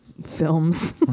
films